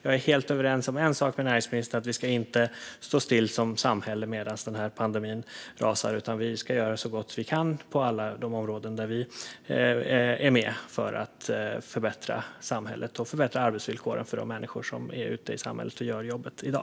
Jag är helt överens med näringsministern om en sak: Vi ska inte stå still som samhälle medan pandemin rasar, utan vi ska på alla områden där vi är med göra så gott vi kan för att förbättra samhället och arbetsvillkoren för de människor som är ute i samhället och gör jobbet i dag.